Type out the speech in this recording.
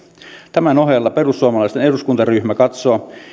tämän ohella perussuomalaisten eduskuntaryhmä katsoo